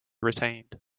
retained